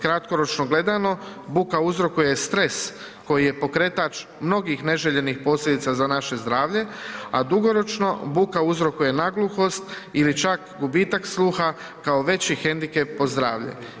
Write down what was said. Kratkoročno gledano, buka uzrokuje stres koji je pokretač mnogih neželjenih posljedica za naše zdravlje, a dugoročno buka uzrokuje nagluhost ili čak gubitak sluha kao veći hendikep po zdravlje.